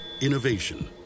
Innovation